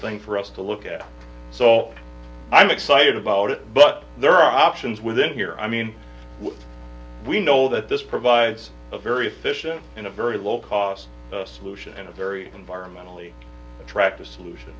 thing for us to look at so i'm excited about it but there are options within here i mean we know that this provides a very efficient in a very low cost solution and a very environmentally attractive salut